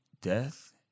death